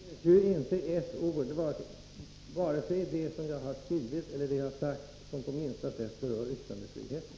Herr talman! Det finns ju inte ett ord vare sig i det som jag skrivit eller i det jag sagt som på minsta sätt berör yttrandefriheten.